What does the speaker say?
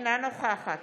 אינה נוכחת